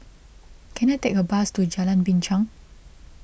can I take a bus to Jalan Binchang